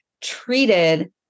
treated